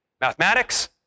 mathematics